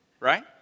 Right